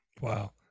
Wow